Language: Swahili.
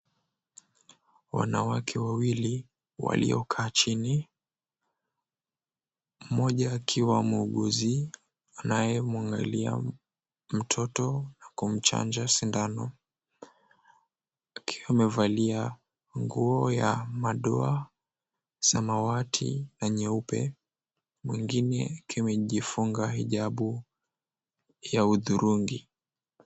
Wanawake wawili waliokaa chini, mmoja akiwa muuguzi anayemwangalia mtoto na kumchanja sindano akiwa amevalia nguo ya madoa, samawati na nyeupe. Mwingine akiwa amejifunga hijabu ya hudhurungi.